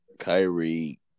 Kyrie